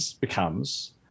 becomes